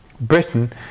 Britain